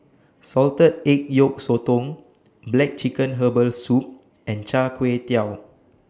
Salted Egg Yolk Sotong Black Chicken Herbal Soup and Char Kway Teow